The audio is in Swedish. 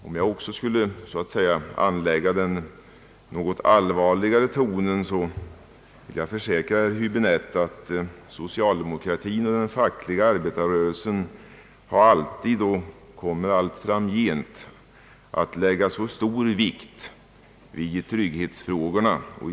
Om jag också skulle anlägga den så att säga något allvarligare tonen, så kan jag försäkra herr Häbinette att socialdemokratin och den fackliga arbetarrörelsen alltid har lagt och allt framgent kommer att lägga stor vikt vid trygghetsfrågorna.